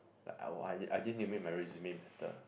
I were I I didn't even make my resume better